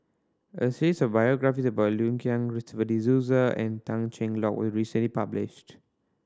a series of biographies about Liu Kang Christopher De Souza and Tan Cheng Lock was recently published